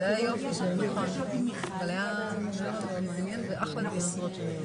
ננעלה בשעה 14:45.